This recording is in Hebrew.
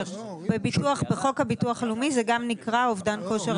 בחוק הביטוח הלאומי זה גם נקרא אובדן כושר עבודה.